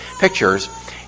pictures